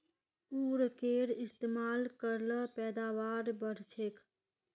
उर्वरकेर इस्तेमाल कर ल पैदावार बढ़छेक